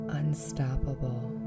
unstoppable